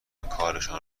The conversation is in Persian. کارشان